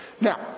Now